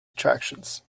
attractions